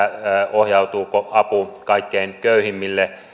ohjautuuko apu kaikkein köyhimmille